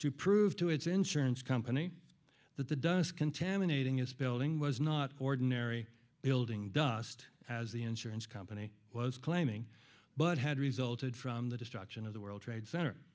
to prove to its insurance company that the dust contaminating its building was not ordinary building dust as the insurance company was claiming but had resulted from the destruction of the world trade center